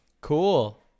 Cool